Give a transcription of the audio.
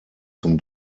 zum